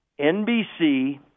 NBC